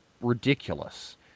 ridiculous